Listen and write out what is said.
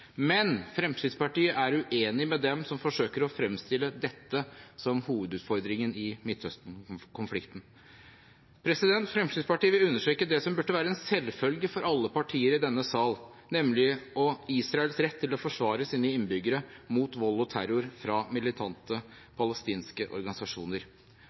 Men Fremskrittspartiet er uenig med dem som forsøker å fremstille dette som hovedutfordringen i Midtøsten-konflikten. Fremskrittspartiet vil understreke det som burde være en selvfølge for alle partier i denne sal, nemlig Israels rett til å forsvare sine innbyggere mot vold og terror fra militante palestinske organisasjoner.